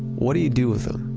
what do you do with them?